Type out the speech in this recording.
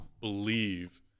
believe